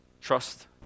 Trust